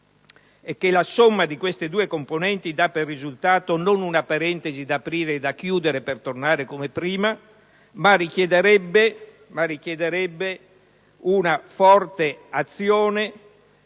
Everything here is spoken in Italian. e che la somma di queste due componenti dà per risultato non una parentesi da aprire e chiudere per tornare come prima, ma richiederebbe una forte azione